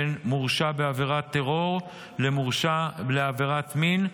בין מורשע בעבירת טרור למורשע בעבירת מין,